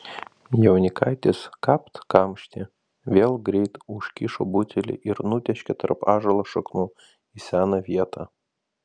jaunikaitis kapt kamštį vėl greit užkišo butelį ir nutėškė tarp ąžuolo šaknų į seną vietą